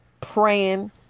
praying